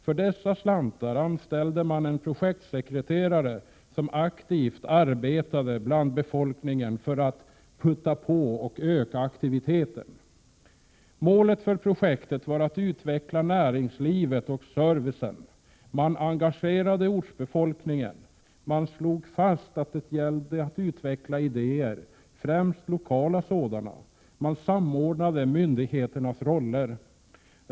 För dessa slantar anställdes en projektsekreterare, som aktivt arbetade bland befolkningen, för att putta på och öka aktiviteten. Målet för projektet var att utveckla näringslivet och servicen. Man engagerade ortsbefolkningen. Man slog fast att det gällde att utveckla idéer, främst lokala sådana. Man samordnade myndigheternas roller.